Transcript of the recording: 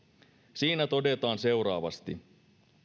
siinä todetaan seuraavasti